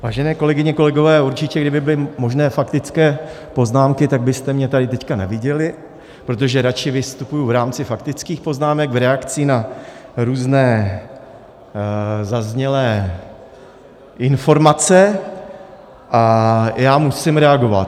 Vážené kolegyně, vážení kolegové, určitě kdyby byly možné faktické poznámky, tak byste mě tady teď neviděli, protože raději vystupuji v rámci faktických poznámek v reakci na různé zaznělé informace, a já musím reagovat.